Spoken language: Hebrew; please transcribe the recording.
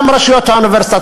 גם רשויות האוניברסיטה,